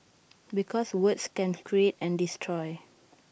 because words can create and destroy